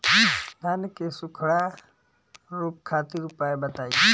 धान के सुखड़ा रोग खातिर उपाय बताई?